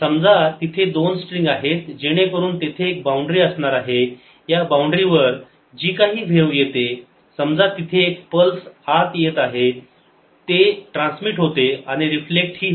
समजा तिथे दोन स्ट्रिंग आहेत जेणेकरून तेथे एक बाउंड्री असणार आहे या बाउंड्री वर जी काही व्हेव येते समजा तिथे एक पल्स आत येत आहे ते ट्रान्समिट होते आणि रिफ्लेक्ट ही होते